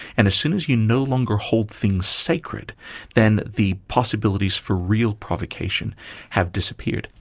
and as soon as you no longer hold things sacred then the possibilities for real provocation have disappeared.